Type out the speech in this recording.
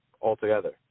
altogether